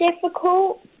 difficult